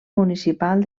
municipal